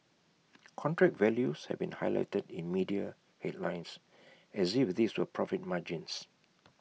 contract values have been highlighted in media headlines as if these were profit margins